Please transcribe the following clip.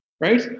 right